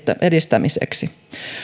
edistämiseksi